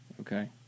Okay